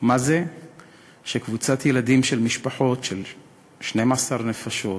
מה זה שקבוצת ילדים של משפחות של 12 נפשות,